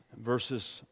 verses